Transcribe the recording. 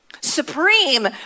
supreme